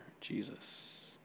Jesus